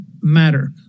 matter